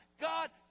God